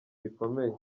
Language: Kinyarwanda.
rikomeye